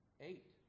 Eight